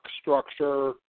structure